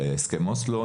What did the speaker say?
הסכם אוסלו,